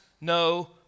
no